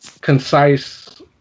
concise